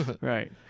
Right